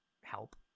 help